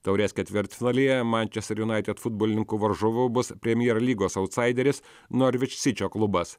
taurės ketvirtfinalyje manchester united futbolininkų varžovu bus premjera lygos autsaideris norvit sičio klubas